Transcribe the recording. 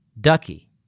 Ducky